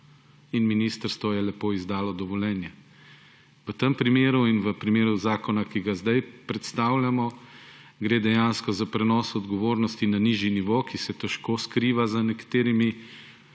in ministrstvo je lepo izdalo dovoljenje. V tem primeru in v primeru zakona, ki ga zdaj predstavljamo, gre dejansko za prenos odgovornosti na nižji nivo, ki se težko skriva za nekaterimi